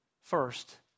First